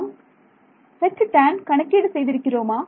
நாம் Htan கணக்கீடு செய்திருக்கிறோமா